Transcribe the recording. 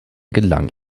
gelang